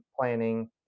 planning